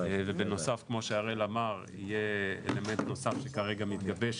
ובנוסף כמו שהראל אמר יהיה אלמנט נוסף שכרגע מתגבש,